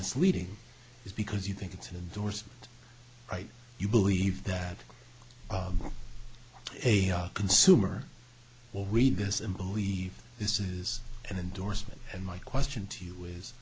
misleading is because you think it's indorsed right you believe that a consumer will read this and believe this is an endorsement and my question to you is